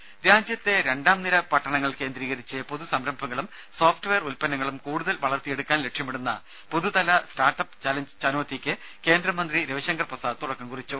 ദേശ രാജ്യത്തെ രണ്ടാം നിര പട്ടണങ്ങൾ കേന്ദ്രീകരിച്ച് പുതുസംരംഭങ്ങളും സോഫ്റ്റ് വെയർ ഉൽപ്പന്നങ്ങളും കൂടുതൽ വളർത്തിയെടുക്കാൻ ലക്ഷ്യമിടുന്ന പുതുതലമുറ സ്റ്റാർട്ട് അപ്പ് ചലഞ്ച് ചുനൌത്തിക്ക് കേന്ദ്രമന്ത്രി രവിശങ്കർ പ്രസാദ് തുടക്കം കുറിച്ചു